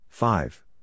Five